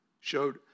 showed